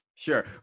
Sure